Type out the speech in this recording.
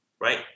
Right